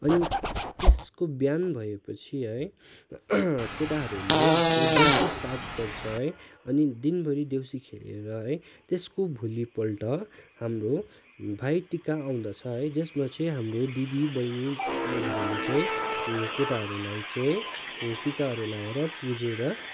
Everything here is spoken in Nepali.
अनि त्यसको ब्यान भए पछि है केटाहरूले आफ्नो देउसी स्टार्ट गर्छ है अनि दिनभरि देउसी खेलेर है त्यसको भोलिपल्ट हाम्रो भाइटिका आउँदछ है जसमा चाहिँ हाम्रो दिदी बहिनीहरूले चाहिँ केटाहरूलाई चाहिँ टिकाहरू लाएर पुजेर